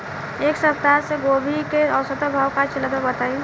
एक सप्ताह से गोभी के औसत भाव का चलत बा बताई?